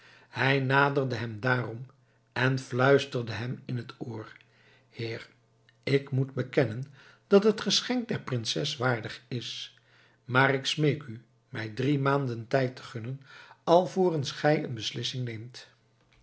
hij naderde hem daarom en fluisterde hem in het oor heer ik moet bekennen dat het geschenk der prinses waardig is maar ik smeek u mij drie maanden tijd te gunnen alvorens gij een beslissing neemt